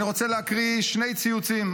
אני רוצה להקריא שני ציוצים.